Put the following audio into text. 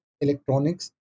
electronics